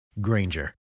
Granger